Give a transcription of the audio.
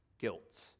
guilt